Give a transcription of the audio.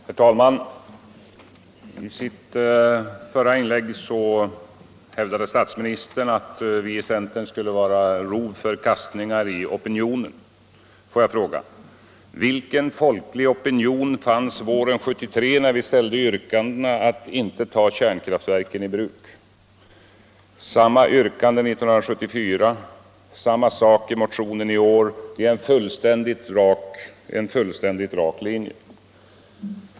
Herr talman! Statsministern hävdade i sitt förra inlägg att vi i centern blivit ett rov för kastningar i opinionen. Får jag då fråga: Vilken folklig opinion fanns det våren 1973, när vi ställde yrkandet att inte ta kärnkraftverken i bruk? Vi hade samma yrkande 1974 och i en motion i år. Det är alltså en fullständigt rak linje.